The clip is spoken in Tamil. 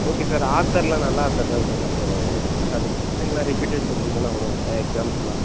ஓகே சார் ஆத்தர்லாம் நல்ல ஆத்தர்தான் சார் அந்த அது கொஸ்ஸின்லாம் ரிப்பிடட் கொஸ்ஸின் தானே வரும் அதில் எக்ஸாம்க்கெலாம்